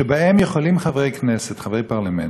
שבו יכולים חברי כנסת, חברי פרלמנט,